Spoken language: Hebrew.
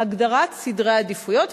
הגדרת סדרי עדיפויות,